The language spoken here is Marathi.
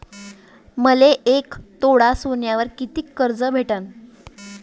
मले एक तोळा सोन्यावर कितीक कर्ज भेटन?